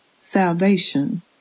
salvation